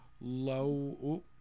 low